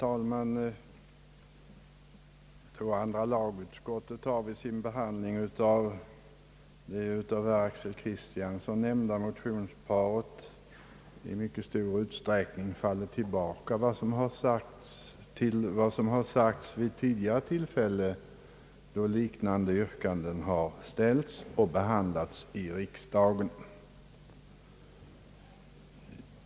Herr talman! Andra lagutskottet har vid sin behandling av det av herr Axel Kristiansson nämnda motionsparet i mycket stor utsträckning fallit tillbaka på vad som sagts vid tidigare tillfällen, då liknande yrkanden har ställts och behandlats i riksdagen.